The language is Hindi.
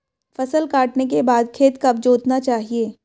फसल काटने के बाद खेत कब जोतना चाहिये?